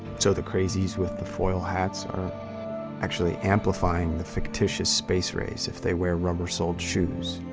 so, the crazies, with the foil hats are actually amplifying the fictitious space-rays, if they wear rubber-soled shoes.